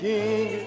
King